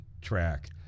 track